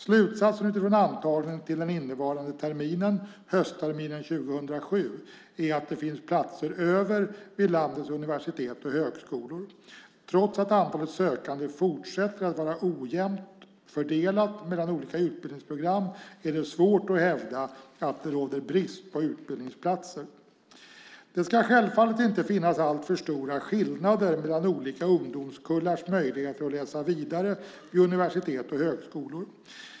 Slutsatsen utifrån antagningen till den innevarande terminen - höstterminen 2007 - är att det finns platser över vid landets universitet och högskolor. Trots att antalet sökande fortsätter att vara ojämnt fördelat mellan olika utbildningsprogram, är det svårt att hävda att det råder brist på utbildningsplatser. Det ska självfallet inte finnas alltför stora skillnader mellan olika ungdomskullars möjligheter att läsa vidare vid universitet och högskolor.